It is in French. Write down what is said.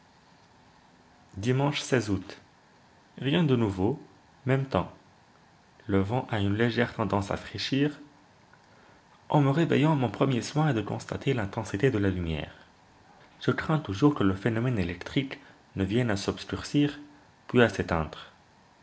dimanche août rien de nouveau même temps le vent a une légère tendance à fraîchir en me réveillant mon premier soin est de constater l'intensité de la lumière je crains toujours que le phénomène électrique ne vienne à s'obscurcir puis